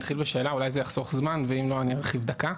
בשאלה אולי זה יחסוך זמן ואם לא אני ארחיב דקה.